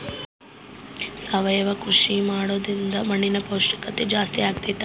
ಸಾವಯವ ಕೃಷಿ ಮಾಡೋದ್ರಿಂದ ಮಣ್ಣಿನ ಪೌಷ್ಠಿಕತೆ ಜಾಸ್ತಿ ಆಗ್ತೈತಾ?